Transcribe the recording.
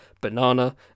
banana